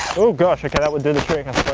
oh gosh okay, that ones in the tree